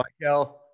Michael